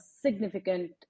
significant